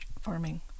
farming